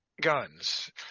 guns